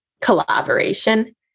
collaboration